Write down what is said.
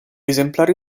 esemplari